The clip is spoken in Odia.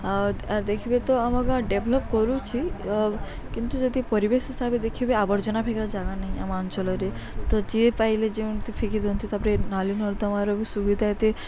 ଆଉ ଆଉ ଦେଖିବେ ତ ଆମ ଗାଁ ଡେଭଲପ କରୁଛି କିନ୍ତୁ ଯଦି ପରିବେଶ ହିସାବରେ ଦେଖିବେ ଆବର୍ଜନା ଫେକବାକେ ଜାଗା ନାହିଁ ଆମ ଅଞ୍ଚଳରେ ତ ଯିଏ ପାଇଲେ ଯେମିତି ଫେକି ଦିଅନ୍ତି ତାପରେ ନାଲି ନର୍ଦ୍ଦମାର ବି ସୁବିଧା ଏତେ